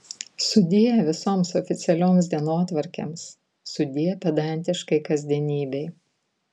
sudie visoms oficialioms dienotvarkėms sudie pedantiškai kasdienybei